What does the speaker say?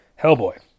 Hellboy